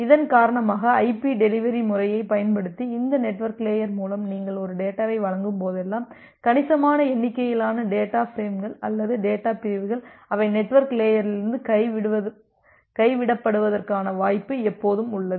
இதன் காரணமாக IP delivery முறையைப் பயன்படுத்தி இந்த நெட்வொர்க் லேயர் மூலம் நீங்கள் ஒரு டேட்டாவை வழங்கும்போதெல்லாம் கணிசமான எண்ணிக்கையிலான டேட்டா பிரேம்கள் அல்லது டேட்டா பிரிவுகள் அவை நெட்வொர்க் லேயரிலிருந்து கைவிடப்படுவதற்கான வாய்ப்பு எப்போதும் உள்ளது